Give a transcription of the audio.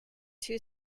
two